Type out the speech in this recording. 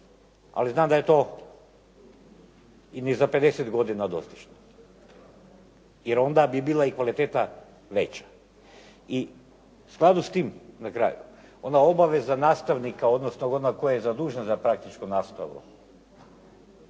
ali znam da je to i ni za 50 godina dostižno, jer onda bi bila i kvaliteta veća. I u skladu s tim na kraju, ona obaveza nastavnika, odnosno onog koji je zadužen za praktičnu nastavu